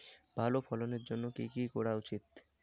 ভালো ফলনের জন্য কি কি করা উচিৎ?